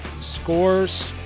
scores